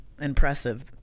impressive